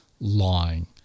lying